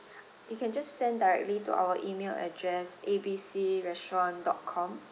you can just send directly to our email address A B C restaurant dot com